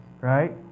right